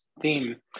theme